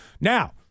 Now